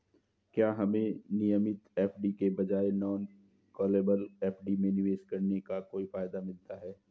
क्या हमें नियमित एफ.डी के बजाय नॉन कॉलेबल एफ.डी में निवेश करने का कोई फायदा मिलता है?